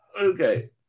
Okay